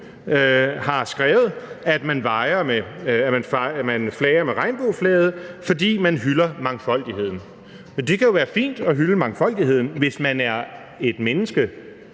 har skrevet, at man flager med regnbueflaget, fordi man hylder mangfoldigheden. Det kan jo være fint at hylde mangfoldigheden, hvis man er et menneske,